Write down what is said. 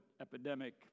epidemic